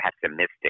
pessimistic